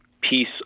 piece